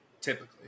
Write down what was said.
Typically